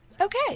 okay